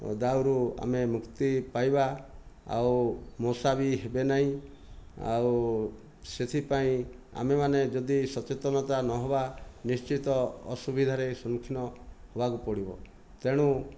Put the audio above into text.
ଦାଉରୁ ଆମେ ମୁକ୍ତି ପାଇବା ଆଉ ମଶା ବି ହେବ ନାହିଁ ଆଉ ସେଥିପାଇଁ ଆମେମାନେ ଯଦି ସଚେତନତା ନ ହେବା ନିଶ୍ଚିତ ଅସୁବିଧାରେ ସମ୍ମୁଖୀନ ହେବାକୁ ପଡ଼ିବ ତେଣୁ